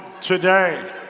today